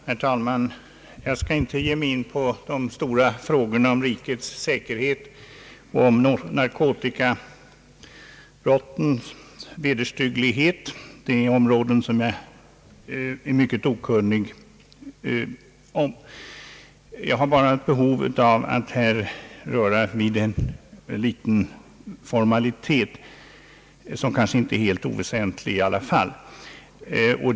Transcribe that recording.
Herr talman! Jag skall inte ge mig in på de stora frågorna om rikets säkerhet och om narkotikabrottens vederstygglighet. Det är områden som jag är mycket okunnig på. Jag känner bara ett behov av att här röra vid en liten formalitet, som kanske inte är helt oväsentlig i alla fall.